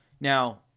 Now